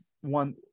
one